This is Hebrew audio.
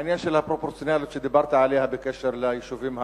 העניין של הפרופורציונליות שדיברת עליה בקשר ליישובים הערביים,